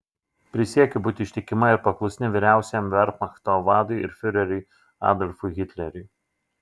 prisiekiu būti ištikima ir paklusni vyriausiajam vermachto vadui ir fiureriui adolfui hitleriui